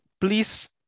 please